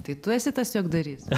tai tu esi tas juokdarys